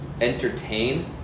entertain